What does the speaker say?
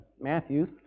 Matthew